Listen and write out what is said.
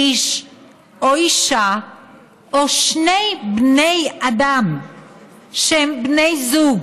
איש או אישה או שני בני אדם שהם בני זוג,